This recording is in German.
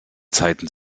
zeiten